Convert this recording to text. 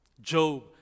Job